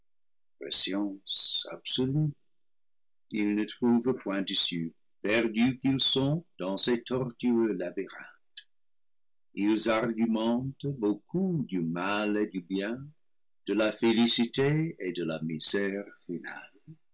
d'issue perdus qu'ils sont dans ces tortueux labyrinthes ils argumentent beaucoup du mal et du bien de la félicité et de la misère finale